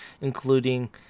Including